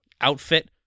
outfit